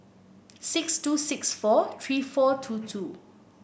six two six four three four two two